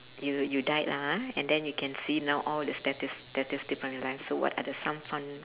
you you died lah ha and then you can see now all the statis~ statistic from your life so what are the some fun